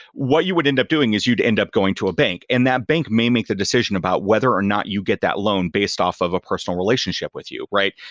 what you would end up doing is you'd end up going to a bank, and that bank may make the decision about whether or not you get that loan based off of a personal relationship with you, right?